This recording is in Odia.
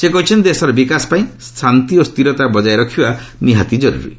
ସେ କହିଛନ୍ତି ଦେଶର ବିକାଶ ପାଇଁ ଶାନ୍ତି ଓ ସ୍ଥିରତା ବଙ୍କାୟ ରଖିବା ନିହାତି ଜରୁରୀ